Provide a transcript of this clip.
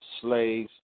slaves